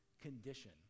condition